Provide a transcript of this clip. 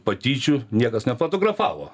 patyčių niekas nefotografavo